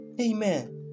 Amen